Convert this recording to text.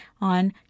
on